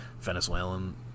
venezuelan